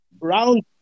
Round